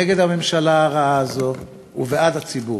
נגד הממשלה הרעה הזאת ובעד הציבור.